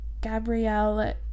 gabrielle